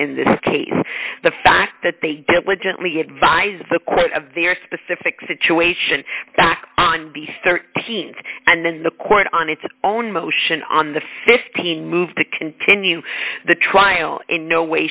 in this case the fact that they diligently advise the court of their specific situation on be th and then the court on its own motion on the fifteen move to continue the trial in no way